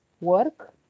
work